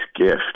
gift